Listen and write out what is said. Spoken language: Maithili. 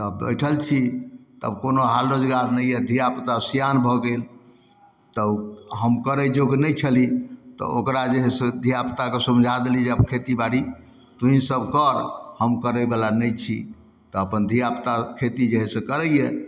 तब बैठल छी तब कोनो हाल रोजगार नहि यऽ धिआपुता सिआन भऽ गेल तऽ हम करै योग्य नहि छली तऽ ओकरा जे हइ से धिआपुताके मझा देलिए जे आब खेतीबाड़ी तोँहीसभ कर हम करैवला नहि छी तऽ अपन धिआपुता खेती जे हइ से करैए